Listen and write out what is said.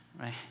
right